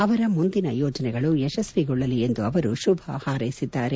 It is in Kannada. ಅವರ ಮುಂದಿನ ಯೋಜನೆಗಳು ಯಶಸ್ವಿಗೊಳ್ಳಲಿ ಎಂದು ಅವರು ಶುಭ ಹಾರೈಸಿದ್ದಾರೆ